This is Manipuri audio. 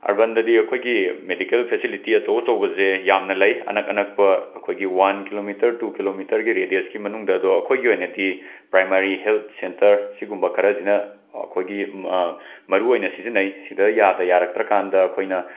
ꯑꯕꯟꯗꯗꯤ ꯑꯈꯣꯏꯒꯤ ꯃꯦꯗꯤꯀꯦꯜ ꯁꯤꯂꯤꯇꯤ ꯑꯆꯧ ꯑꯆꯧꯕꯖꯦ ꯌꯥꯝꯅ ꯂꯩ ꯑꯅꯛ ꯑꯅꯛꯄ ꯑꯩꯈꯣꯏꯒꯤ ꯋꯥꯟ ꯀꯤꯂꯣꯃꯤꯇꯔ ꯇꯨ ꯀꯤꯂꯣꯃꯤꯇꯔꯒꯤ ꯔꯦꯗ꯭ꯌꯁꯀꯤ ꯃꯅꯨꯡꯗ ꯑꯗꯣ ꯑꯩꯈꯣꯏꯒꯤ ꯑꯣꯏꯅꯗꯤ ꯄ꯭ꯔꯥꯏꯃꯥꯔꯤ ꯍꯦꯜꯠ ꯁꯦꯟꯇꯔ ꯁꯤꯒꯨꯝꯕ ꯈꯔꯖꯤꯅ ꯑꯩꯈꯣꯏꯒꯤ ꯃꯔꯨꯑꯣꯏꯅ ꯁꯤꯖꯤꯟꯅꯩ ꯁꯤꯗ ꯌꯥꯗ ꯌꯥꯔꯛꯇ꯭ꯔꯀꯥꯟꯗ ꯑꯩꯈꯣꯏꯅ